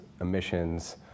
emissions